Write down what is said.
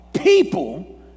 People